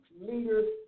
leaders